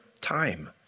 time